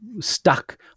stuck